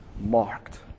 marked